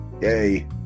yay